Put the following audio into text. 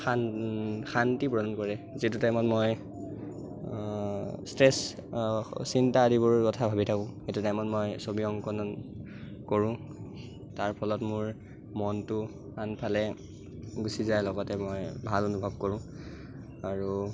শান্তি প্ৰদান কৰে যিটো টাইমত মই ষ্ট্ৰেছ চিন্তা আদিবোৰ কথা ভাবি থাকোঁ সেইটো টাইমত মই ছবি অংকন কৰোঁ তাৰ ফলত মোৰ মনটো আনফালে গুচি যায় লগতে মই ভাল অনুভৱ কৰোঁ আৰু